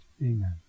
Amen